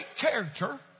character